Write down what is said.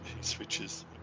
switches